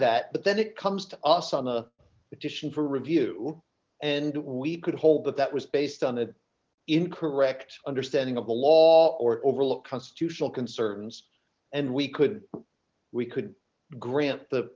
that but then it comes to us on the petition for review and we could hold that that was based on the incorrect understanding of the law or overlook constitutional concerns and we could we could grant the